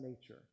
nature